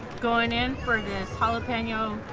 going in for this jalapeno